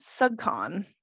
SUGCON